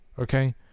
okay